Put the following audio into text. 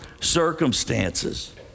circumstances